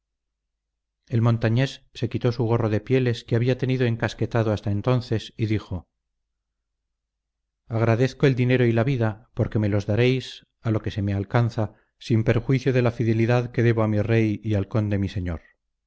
el montañés se quitó su gorro de pieles que había tenido encasquetado hasta entonces y dijo agradezco el dinero y la vida porque me los daréis a lo que se me alcanza sin perjuicio de la fidelidad que debo a mi rey y al conde mi señor